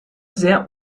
sehr